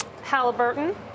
Halliburton